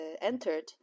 entered